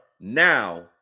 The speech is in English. now